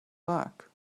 work